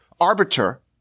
arbiter